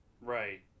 Right